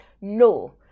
no